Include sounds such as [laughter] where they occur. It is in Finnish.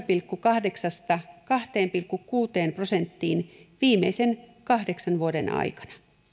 [unintelligible] pilkku kahdeksasta kahteen pilkku kuuteen prosenttiin viimeisten kahdeksan vuoden aikana